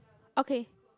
okay